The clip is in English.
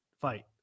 fight